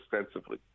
extensively